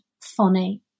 funny